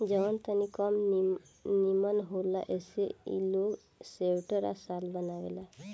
जवन तनी कम निमन होला ऐसे ई लोग स्वेटर आ शाल बनावेला